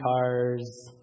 cars